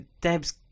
Deb's